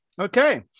Okay